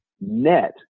net